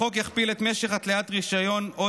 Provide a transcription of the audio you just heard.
החוק יכפיל את משך התליית רישיון או